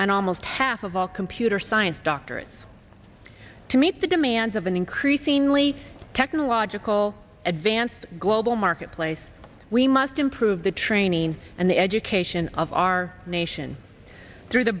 and almost half of all computer science doctorates to meet the demands of an increasingly technological advance global marketplace we must improve the training and the education of our nation through the